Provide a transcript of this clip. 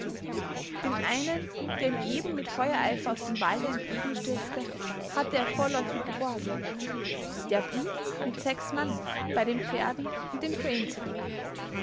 den einen der ihm eben mit feuereifer aus dem walde entgegenstürzte hatte er vorläufig geborgen der blieb mit sechs mann bei den pferden und dem train zurück